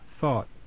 thought